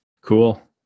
Cool